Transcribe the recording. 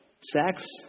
sex